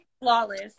Flawless